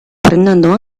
prendendo